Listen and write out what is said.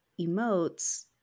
emotes